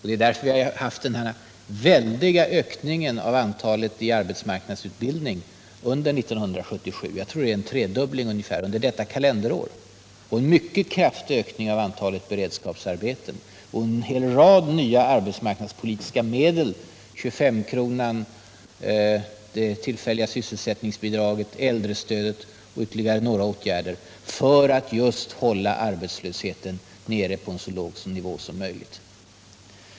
Det är därför som vi har haft den väldiga ökningen av antalet personer i arbetsmarknadsutbildning under 1977 —- jag tror det är ungefär en tredubbling under detta kalenderår — och en mycket kraftig ökning av antalet beredskapsarbeten samt en hel rad nya arbetsmarknadspolitiska medel — 25-kronan, det tillfälliga sysselsättningsbidraget, äldrestödet och ytterligare några åtgärder — för att just hålla arbetslösheten nere på så låg nivå som möjligt.